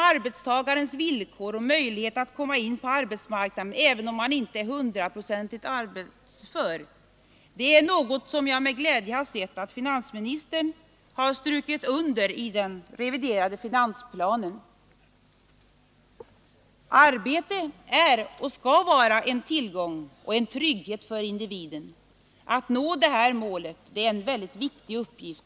Jag har med glädje noterat att finansministern i den reviderade finansplanen har strukit under frågan om arbetstagares villkor och möjligheter att komma in på arbetsmarknaden även om de inte är hundraprocentigt arbetsföra.